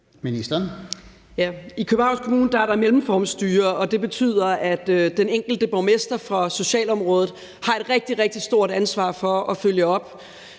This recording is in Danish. I Københavns Kommune er der mellemformstyre, og det betyder, at den enkelte borgmester fra socialområdet har et rigtig, rigtig stort ansvar for at følge op,